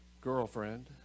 girlfriend